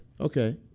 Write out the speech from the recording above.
okay